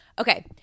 Okay